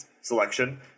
selection